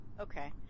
Okay